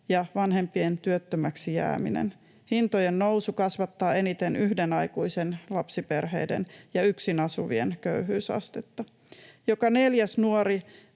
ja vanhempien työttömäksi jääminen. Hintojen nousu kasvattaa eniten yhden aikuisen lapsiperheiden ja yksin asuvien köyhyysastetta. Joka neljäs nuori